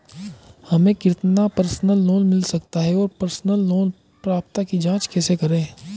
हमें कितना personal loan मिल सकता है और पर्सनल लोन पात्रता की जांच कैसे करें?